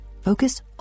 focus